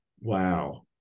wow